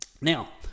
Now